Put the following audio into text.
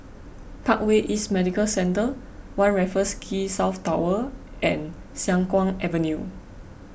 Parkway East Medical Centre one Raffles Quay South Tower and Siang Kuang Avenue